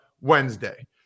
Wednesday